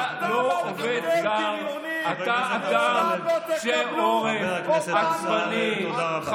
אתה לא עובד זר, אתה אדם קשה עורף, עצבני.